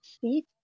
SEAT